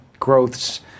Growths